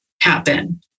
happen